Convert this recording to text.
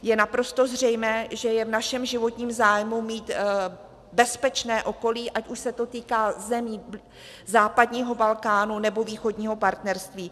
Je naprosto zřejmé, že je v našem životním zájmu mít bezpečné okolí, ať už se to týká zemí západního Balkánu, nebo východního partnerství.